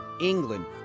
England